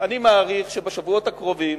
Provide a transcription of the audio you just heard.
אני מעריך שבשבועות הקרובים